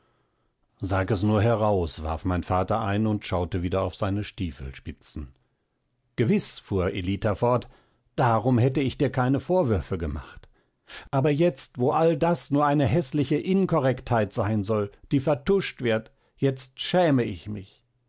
sag es nur heraus warf mein vater ein und schaute wieder auf seine stiefelspitzen gewiß fuhr ellita fort darum hätte ich dir keine vorwürfe gemacht aber jetzt wo all das nur eine häßliche inkorrektheit sein soll die vertuscht wird jetzt schäme ich mich